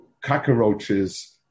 cockroaches